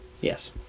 Yes